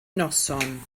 noson